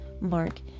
mark